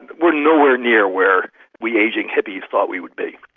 we're nowhere near where we ageing hippies thought we would be.